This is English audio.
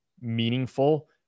meaningful